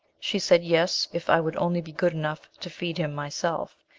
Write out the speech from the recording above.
she said, yes, if i would only be good enough to feed him myself,